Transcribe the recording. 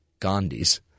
Gandhis